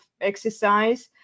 exercise